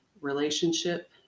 relationship